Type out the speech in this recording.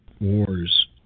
Wars